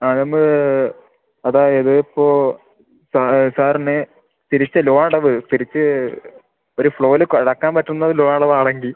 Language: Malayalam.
ആ നമ്മള് അതായത് ഇപ്പോൾ സാ സാറിന് തിരിച്ച് ലോണടവ് തിരിച്ച് ഒരു ഫ്ലോയില് അടക്കാൻ പറ്റുന്ന ലോണടവ് ആണെങ്കിൽ